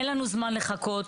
אין לנו זמן לחכות.